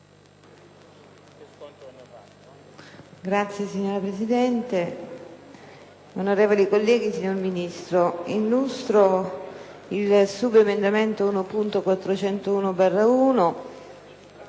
*(PD)*. Signora Presidente, onorevoli colleghi, signor Ministro, illustro il subemendamento 1.401/1,